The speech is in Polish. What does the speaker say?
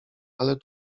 ale